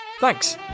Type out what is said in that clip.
Thanks